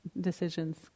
decisions